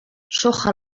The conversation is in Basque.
soja